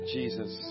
Jesus